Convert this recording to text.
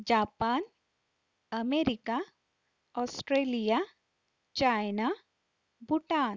Japan America Australia China Bhutan